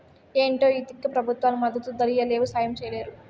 ఏంటో ఈ తిక్క పెబుత్వాలు మద్దతు ధరియ్యలేవు, సాయం చెయ్యలేరు